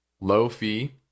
low-fee